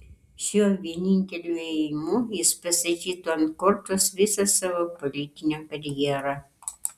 šiuo vieninteliu ėjimu jis pastatytų ant kortos visą savo politinę karjerą